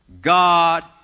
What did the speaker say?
God